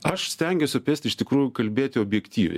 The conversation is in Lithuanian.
aš stengiuosi apie estiją iš tikrųjų kalbėti objektyviai